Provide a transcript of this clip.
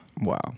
Wow